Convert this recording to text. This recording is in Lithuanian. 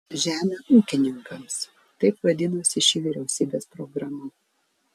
žemę ūkininkams taip vadinosi ši vyriausybės programa